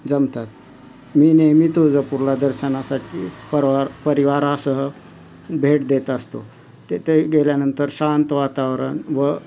जमतात मी नेहमी तुळजापूरला दर्शनासाठी परवार परिवारासह भेट देत असतो तेथे गेल्यानंतर शांत वातावरण व